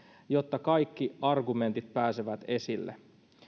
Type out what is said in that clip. jotta kaikki argumentit pääsevät esille